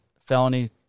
felony